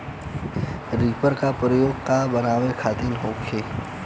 Reaper का प्रयोग का बनावे खातिन होखि?